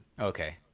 Okay